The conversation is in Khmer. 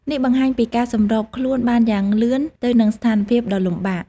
នេះបង្ហាញពីការសម្របខ្លួនបានយ៉ាងលឿនទៅនឹងស្ថានភាពដ៏លំបាក។